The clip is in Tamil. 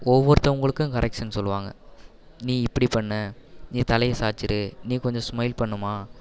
ஒவ்வொருத்தவங்களுக்கும் கரெசன் சொல்லுவாங்க நீ இப்படி பண்ணு நீ தலையை சாய்ச்சிரு நீ கொஞ்சம் ஸ்மைல் பண்ணுமா